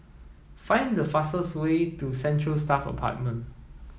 find the fastest way to Central Staff Apartment